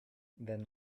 then